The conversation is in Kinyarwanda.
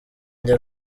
njye